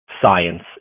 Science